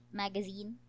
magazine